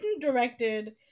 directed